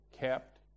kept